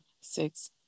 six